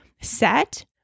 set